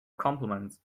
compliments